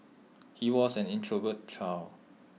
he was an introverted child